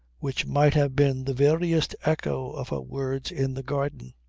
which might have been the veriest echo of her words in the garden.